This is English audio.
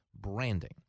branding